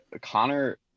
connor